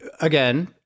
again